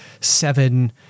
seven